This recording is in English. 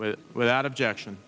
but without objection